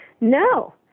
no